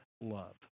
love